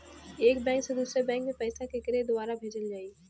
एक बैंक से दूसरे बैंक मे पैसा केकरे द्वारा भेजल जाई?